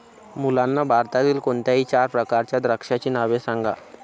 मुलांनो भारतातील कोणत्याही चार प्रकारच्या द्राक्षांची नावे सांगा